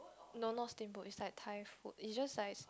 no not steamboat is like Thai food it's just like